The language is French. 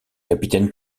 capitaine